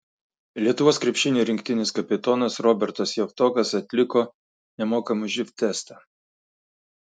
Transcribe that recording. lietuvos krepšinio rinktinės kapitonas robertas javtokas atliko nemokamą živ testą